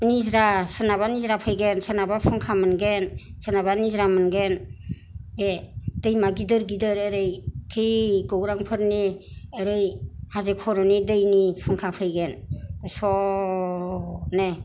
निजरा सोरनाबा निजरा फैगोन सोरनाबा फुंखा मोनगोन सोरनिबा निजरा मोनगोन बे दैमा गिदिर गिदिर आरोखि गौरांफोरनि ओरै हाजो खर'नि दैनि फुंखा फैगोन सबनो